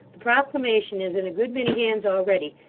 the proclamation is in a good many hands already,